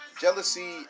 jealousy